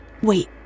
Wait